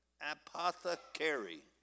apothecary